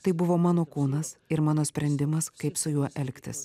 tai buvo mano kūnas ir mano sprendimas kaip su juo elgtis